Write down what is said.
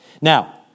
Now